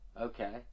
Okay